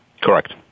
Correct